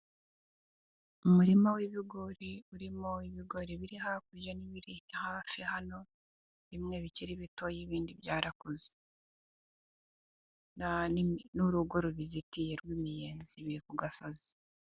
Umurima w'ibigori, urimo ibigori biri hakurya n'ibiri hafi hano, bimwe bikiri bitoya ibindi byarakuze. N'urugo rubizitiye rw'imiyenzi biri kugasozi.